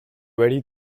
ready